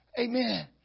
Amen